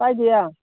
ꯀꯥꯏꯗꯤꯌꯦ